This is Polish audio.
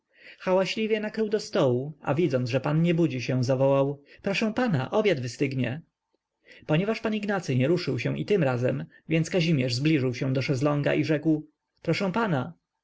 talerzy hałaśliwie nakrył do stołu a widząc że pan nie budzi się zawołał proszę pana obiad wystygnie ponieważ pan ignacy nie ruszył się i tym razem więc kazimierz zbliżył się do szesląga i rzekł proszę pana